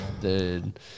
Dude